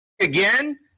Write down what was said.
again